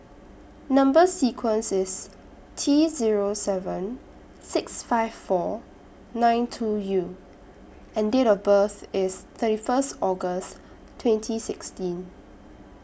Number sequence IS T Zero seven six five four nine two U and Date of birth IS thirty First August twenty sixteen